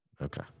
Okay